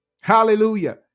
Hallelujah